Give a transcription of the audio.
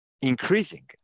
increasing